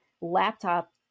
laptop